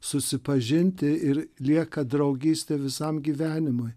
susipažinti ir lieka draugystė visam gyvenimui